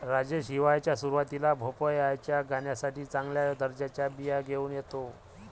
राजेश हिवाळ्याच्या सुरुवातीला भोपळ्याच्या गाण्यासाठी चांगल्या दर्जाच्या बिया घेऊन येतो